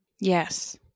Yes